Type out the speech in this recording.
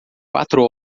quatro